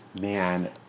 Man